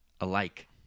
alike